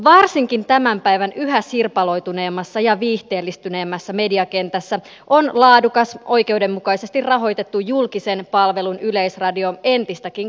varsinkin tämän päivän yhä sirpaloituneemmassa ja viihteellistyneemmässä mediakentässä on laadukas oikeudenmukaisesti rahoitettu julkisen palvelun yleisradio entistäkin kullanarvoisempi asia